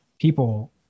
people